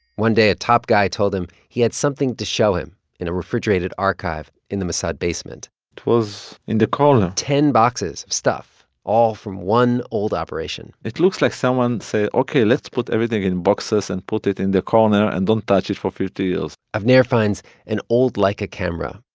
one day, a top guy told him he had something to show him in a refrigerated archive in the mossad basement it was in the corner ten boxes of stuff, all from one old operation it looks like someone said, ok. let's put everything in boxes, and put it in the corner. and don't touch it for fifty years avner finds an old leica camera,